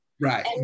right